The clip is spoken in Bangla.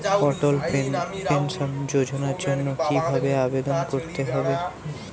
অটল পেনশন যোজনার জন্য কি ভাবে আবেদন করতে হয়?